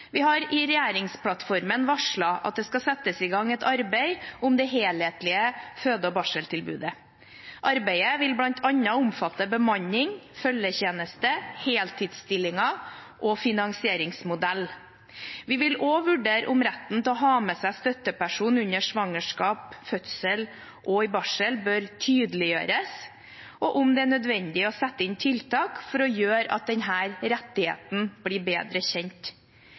Vi har i regjeringsplattformen varslet at det skal settes i gang et arbeid om det helhetlige føde- og barseltilbudet. Arbeidet vil bl.a. omfatte bemanning, følgetjeneste, heltidsstillinger og finansieringsmodell. Vi vil også vurdere om retten til å ha med seg en støtteperson under svangerskap, fødsel og i barsel bør tydeliggjøres, og om det er nødvendig å sette inn tiltak for å gjøre denne rettigheten bedre kjent.